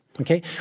okay